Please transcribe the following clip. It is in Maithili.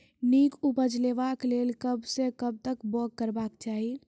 नीक उपज लेवाक लेल कबसअ कब तक बौग करबाक चाही?